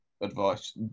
advice